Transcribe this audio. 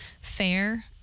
fair